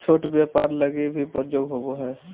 छोट व्यापार लगी भी प्रयोग होवो हय